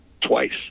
twice